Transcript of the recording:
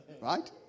Right